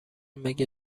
مگه